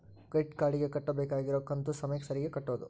credit card ಗೆ ಕಟ್ಬಕಾಗಿರೋ ಕಂತು ಸಮಯಕ್ಕ ಸರೀಗೆ ಕಟೋದು